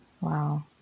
Wow